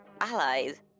allies